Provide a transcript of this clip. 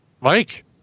Mike